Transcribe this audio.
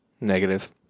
Negative